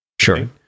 Sure